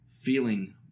feeling